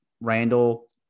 Randall